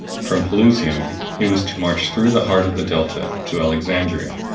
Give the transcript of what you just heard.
from pelusium he was to march through the heart of the delta to alexandria,